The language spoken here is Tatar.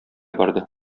барды